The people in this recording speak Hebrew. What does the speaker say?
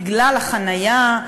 בגלל החניה,